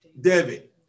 David